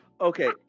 Okay